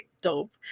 Dope